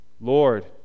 Lord